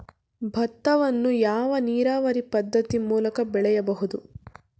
ಭತ್ತವನ್ನು ಯಾವ ನೀರಾವರಿ ಪದ್ಧತಿ ಮೂಲಕ ಬೆಳೆಯಬಹುದು?